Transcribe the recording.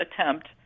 attempt